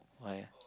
why